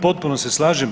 Potpuno se slažem.